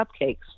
cupcakes